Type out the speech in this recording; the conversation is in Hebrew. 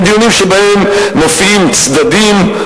הם דיונים שבהם מופיעים צדדים,